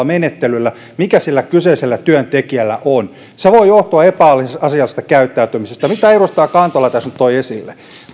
menettelyllä mikä kyseisellä työntekijällä on se voi johtua epäasiallisesta käyttäytymisestä mitä edustaja kantola tässä nyt toi esille